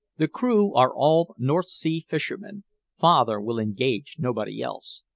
the crew are all north sea fishermen father will engage nobody else.